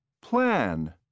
plan